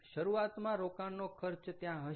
શરૂઆતમાં રોકાણનો ખર્ચ ત્યાં હશે